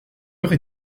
heure